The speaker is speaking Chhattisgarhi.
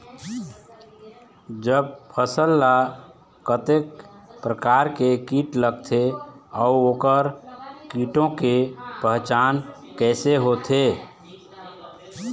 जब फसल ला कतेक प्रकार के कीट लगथे अऊ ओकर कीटों के पहचान कैसे होथे?